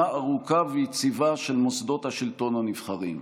ארוכה ויציבה של מוסדות השלטון הנבחרים,